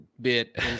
bit